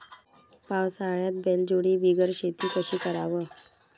पावसाळ्यात बैलजोडी बिगर शेती कशी कराव?